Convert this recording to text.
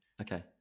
Okay